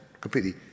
completely